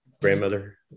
grandmother